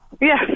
Yes